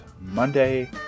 Monday